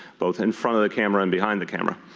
both in front of the camera and behind the camera.